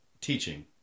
teaching